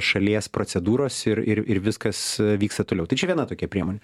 šalies procedūros ir ir ir viskas vyksta toliau tai čia viena tokia priemon